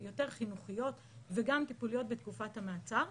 יותר חינוכיות וגם טיפוליות בתקופת המעצר,